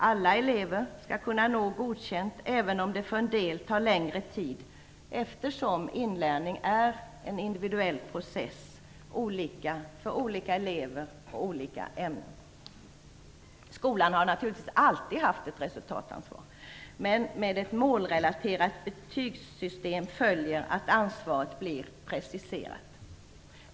Alla elever skall kunna nå betyget Godkänd, även om det för en del tar längre tid, eftersom inlärning är en individuell process, som tar olika tid för olika elever i olika ämnen. Skolan har naturligtvis alltid haft ett resultatansvar. Men med ett målrelaterat betygssystem följer att ansvaret blir preciserat.